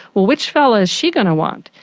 well which fellow is she going to want?